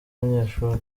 umunyeshuri